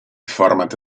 format